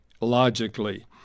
logically